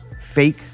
fake